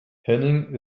henning